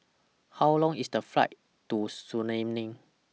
How Long IS The Flight to